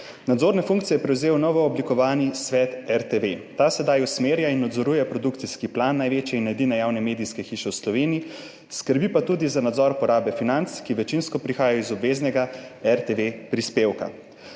Nadzorne funkcije je prevzel na novo oblikovani Svet RTV, ta sedaj usmerja in nadzoruje produkcijski plan največje in edine javne medijske hiše v Sloveniji, skrbi pa tudi za nadzor porabe financ, ki večinsko prihajajo iz obveznega RTV-prispevka.